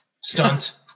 stunt